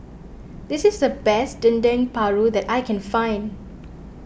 this is the best Dendeng Paru that I can find